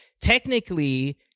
technically